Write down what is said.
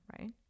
right